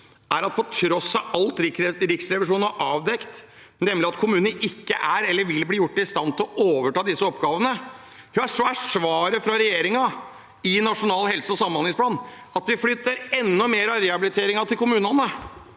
det at på tross av alt Riksrevisjonen har avdekket – at kommunene ikke er eller vil bli gjort i stand til å overta disse oppgavene – er svaret fra regjeringen i Nasjonal helse- og samhandlingsplan at vi flytter enda mer av rehabiliteringen til kommunene.